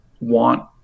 want